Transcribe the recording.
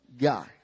guy